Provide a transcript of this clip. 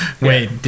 wait